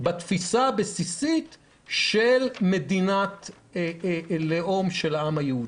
בתפיסה הבסיסית של מדינת לאום של העם היהודי.